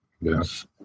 Yes